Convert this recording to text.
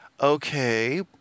okay